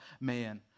man